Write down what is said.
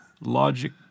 logic